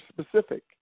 specific